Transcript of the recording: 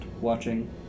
watching